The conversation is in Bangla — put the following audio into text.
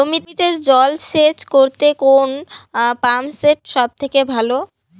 জমিতে জল সেচ করতে কোন পাম্প সেট সব থেকে ভালো?